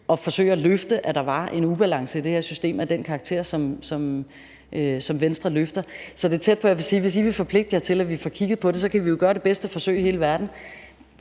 at forsøge at løfte, at der var en ubalance i det her system af den karakter, som Venstre løfter. Så det er tæt på, at jeg vil sige, at hvis I vil forpligte jer til, at vi får kigget på det, så kan vi jo gøre det bedste forsøg i hele verden